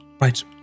Right